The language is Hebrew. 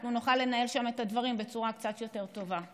אנחנו נוכל לנהל שם את הדברים בצורה קצת יותר טובה.